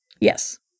Yes